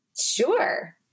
sure